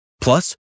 Plus